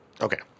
Okay